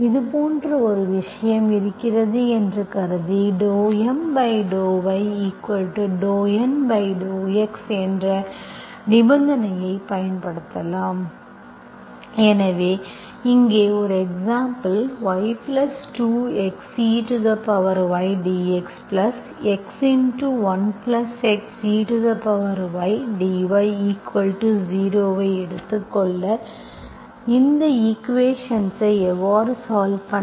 இதுபோன்ற ஒரு விஷயம் இருக்கிறது என்று கருதி ∂M∂y∂N∂x என்ற நிபந்தனையைப் பயன்படுத்தலாம் எனவே இங்கே ஒரு example y2 x eydxx1 x eydy 0 ஐ எடுத்துக் கொள்ள இந்த ஈக்குவேஷன்ஸ்ஐ எவ்வாறு சால்வ் பண்ண